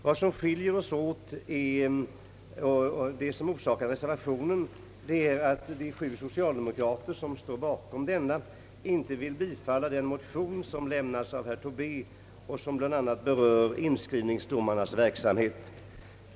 Vad som skiljer oss åt och som orsakat reservationen är att de sju socialdemokrater som står bakom reservationen inte vill bifalla den motion, som avgivits av herr Tobé och som berör bl.a. inskrivningsdomarnas verksamhet.